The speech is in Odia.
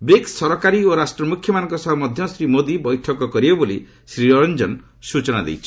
ବ୍ରିକ୍ସ ସରକାରୀ ଓ ରାଷ୍ଟ୍ର ମୃଖ୍ୟମାନଙ୍କ ସହ ମଧ୍ୟ ଶ୍ରୀ ମୋଦି ବୈଠକ କରିବେ ବୋଲି ଶ୍ରୀ ରଞ୍ଜନ ସ୍ଚଚନା ଦେଇଛନ୍ତି